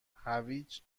هویج